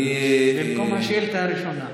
במקום השאילתה הראשונה.